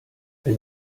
wenn